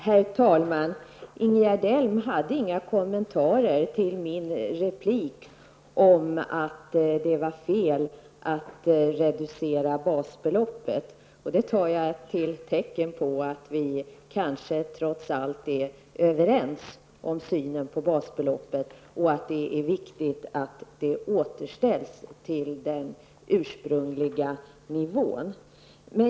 Herr talman! Ingegerd Elm hade inga kommentarer till min replik om att det var fel att reducera basbeloppet. Det tar jag som ett tecken på att vi kanske trots allt är överens om synen på basbeloppet och att det är viktigt att det återställs till den ursprungliga nivån.